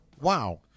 wow